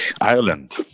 Ireland